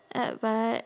uh but